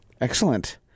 Excellent